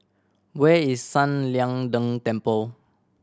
where is San Lian Deng Temple